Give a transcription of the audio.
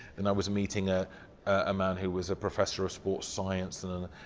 then i was meeting ah a man who was a professor of sports science and and